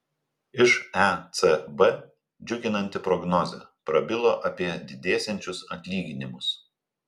iš ecb džiuginanti prognozė prabilo apie didėsiančius atlyginimus